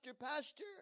pastor